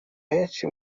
henshi